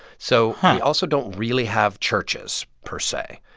so we also don't really have churches, per se.